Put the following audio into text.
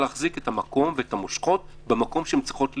וכן צריך להחזיק את המושכות במקום שהן צריכות להיות.